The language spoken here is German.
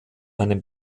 einem